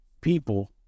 people